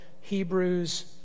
Hebrews